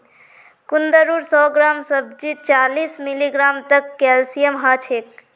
कुंदरूर सौ ग्राम सब्जीत चालीस मिलीग्राम तक कैल्शियम ह छेक